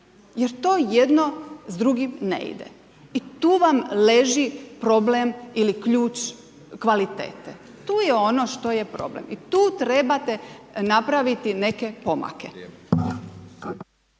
Jer to jedno s drugim ne ide. I tu vam leži problem ili ključ kvalitete, tu je ono što je problem i tu trebate napraviti neke pomake.